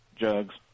jugs